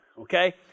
Okay